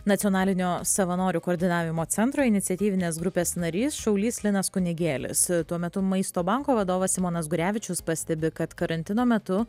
nacionalinio savanorių koordinavimo centro iniciatyvinės grupės narys šaulys linas kunigėlis tuo metu maisto banko vadovas simonas gurevičius pastebi kad karantino metu